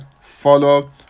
follow